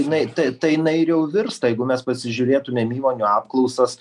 jinai tai tai jinai ir jau virsta jeigu mes pasižiūrėtumėm įmonių apklausas